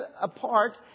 apart